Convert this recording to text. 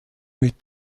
mit